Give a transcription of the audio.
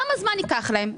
כמה זמן ייקח להם?